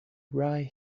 right